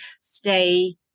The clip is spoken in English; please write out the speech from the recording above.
stay